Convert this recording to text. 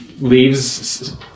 leaves